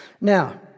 Now